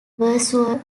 versus